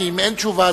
כי אם אין תשובה,